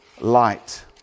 light